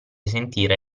sentire